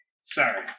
Sorry